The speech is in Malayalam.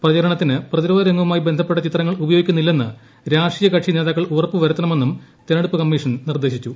പ്രചരണത്തിന് പ്രതിരോധരംഗ വുമായി ബന്ധപ്പെട്ട ചിത്രങ്ങൾ ഉപയോഗിക്കുന്നില്ലെന്ന് രാഷ്ട്രീയ കക്ഷി നേതാക്കൾ ഉറപ്പുവരുത്തണമെന്നും തെരഞ്ഞെടുപ്പ് കമ്മീഷൻ നിർദ്ദേശിച്ചു